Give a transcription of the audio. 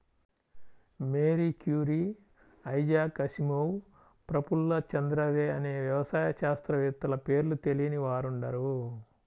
Mary Curie, Isaac Asimov, Prafulla Chandra Ray అనే వ్యవసాయ శాస్త్రవేత్తల పేర్లు తెలియని వారుండరు